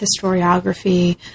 historiography